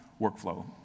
workflow